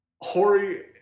Hori